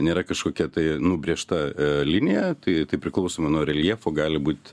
nėra kažkokia tai nubrėžta linija tai tai priklausomai nuo reljefo gali būt